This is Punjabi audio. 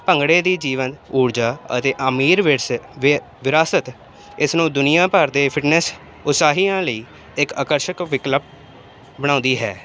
ਭੰਗੜੇ ਦੀ ਜੀਵਨ ਊਰਜਾ ਅਤੇ ਅਮੀਰ ਵਿਰਸੇ ਵ ਵਿਰਾਸਤ ਇਸ ਨੂੰ ਦੁਨੀਆਂ ਭਰ ਦੇ ਫਿਟਨੈਸ ਉਤਸ਼ਾਹੀਆਂ ਲਈ ਇੱਕ ਆਕਰਸ਼ਕ ਵਿਕਲਪ ਬਣਾਉਂਦੀ ਹੈ